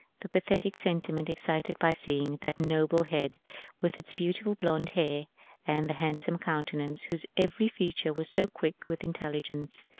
the pathetic sentiment excited by seeing that noble head with its beautiful blond hair and the handsome countenance, whose every feature was so quick with intelligence,